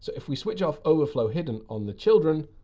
if we switch off overflow hidden on the children,